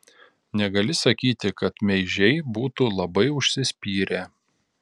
negali sakyti kad meižiai būtų labai užsispyrę